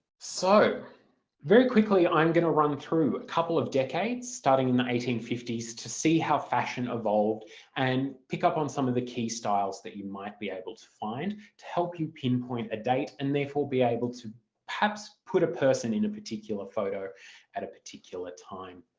so very quickly i'm going to run through a couple of decades starting in the eighteen fifty s to see how fashion evolved and pick up on some of the key styles that you might be able to find to help you pinpoint a date and therefore be able to perhaps put a person in a particular photo at a particular time.